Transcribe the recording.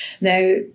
now